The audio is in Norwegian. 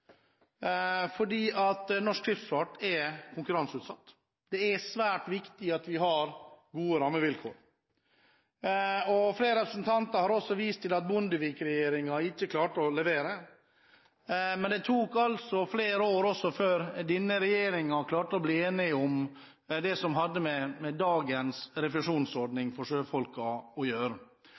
Fordi norsk skipsfart er konkurranseutsatt, er det svært viktig at vi har gode rammevilkår. Flere representanter har også vist til at Bondevik-regjeringen ikke klarte å levere. Men det tok altså flere år før denne regjeringen klarte å bli enig om det som hadde med dagens refusjonsordning for sjøfolkene å gjøre.